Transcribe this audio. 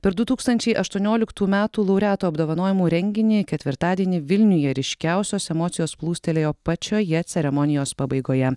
per du tūkstančiai aštuonioliktų metų laureatų apdovanojimų renginį ketvirtadienį vilniuje ryškiausios emocijos plūstelėjo pačioje ceremonijos pabaigoje